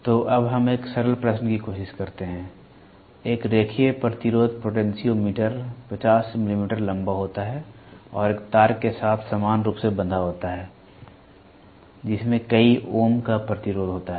तो अब हम एक सरल प्रश्न की कोशिश करते हैं एक रेखीय प्रतिरोध पोटेंशियोमीटर 50 मिमी लंबा होता है और एक तार के साथ समान रूप से बंधा होता है जिसमें कई ओम का प्रतिरोध होता है